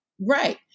right